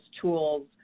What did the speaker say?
tools